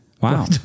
Wow